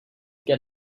get